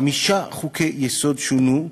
חמישה חוקי-יסוד שונו,